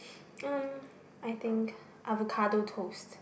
mm I think avocado toast